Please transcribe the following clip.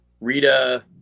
Rita